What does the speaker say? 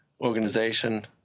organization